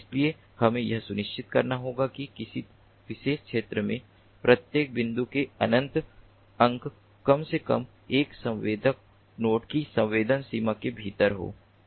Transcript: इसलिए हमें यह सुनिश्चित करना होगा कि किसी विशेष क्षेत्र में प्रत्येक बिंदु के अनंत अंक कम से कम एक संवेदक नोड की संवेदन सीमा के भीतर हों